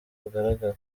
bugaragara